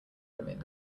women